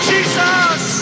Jesus